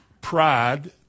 pride